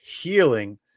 healing